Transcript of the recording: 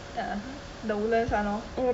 ah the woodlands [one] lor